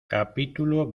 capítulo